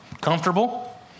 comfortable